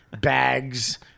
bags